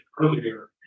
earlier